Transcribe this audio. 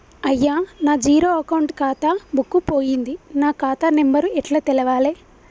అయ్యా నా zero account ఖాతా బుక్కు పోయింది నా ఖాతా నెంబరు ఎట్ల తెలవాలే?